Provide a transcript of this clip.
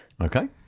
Okay